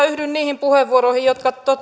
yhdyn niihin puheenvuoroihin jotka